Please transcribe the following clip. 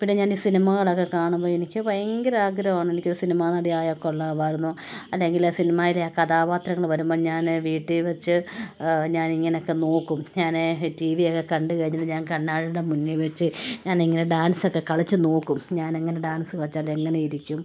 പിന്നെ ഞാൻ ഈ സിനിമകളൊക്കെ കാണുമ്പോൾ എനിക്ക് ഭയങ്കര ആഗ്രഹമാണ് എനിക്കൊരു സിനിമാനടി ആയാൽ കൊള്ളാമായിരുന്നു അല്ലെങ്കിൽ ആ സിനിമയിലെ ആ കഥാപാത്രങ്ങൾ വരുമ്പം ഞാൻ വീട്ടീൽ വച്ച് ഞാൻ ഇങ്ങനെയൊക്കെ നോക്കും ഞാൻ ടി വിയൊക്കെ കണ്ട് കഴിഞ്ഞിട്ട് ഞാൻ കണ്ണാടിയുടെ മുന്നിൽ വച്ച് ഞാൻ ഇങ്ങനെ ഡാൻസൊക്കെ കളിച്ച് നോക്കും ഞാൻ അങ്ങനെ ഡാൻസ് കളിച്ചാൽ എങ്ങനെ ഇരിക്കും